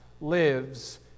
lives